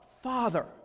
Father